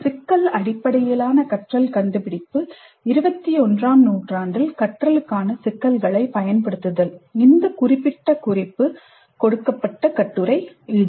சிக்கல் அடிப்படையிலான கற்றல் கண்டுபிடிப்பு 21 ஆம் நூற்றாண்டில் கற்றலுக்கான சிக்கல்களைப் பயன்படுத்துதல் இந்த குறிப்பிட்ட குறிப்பு கொடுக்கப்பட்ட கட்டுரை இது